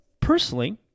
Personally